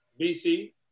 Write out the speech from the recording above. BC